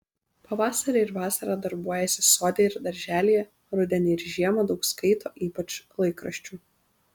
pavasarį ir vasarą darbuojasi sode ir darželyje rudenį ir žiemą daug skaito ypač laikraščių